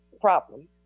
problem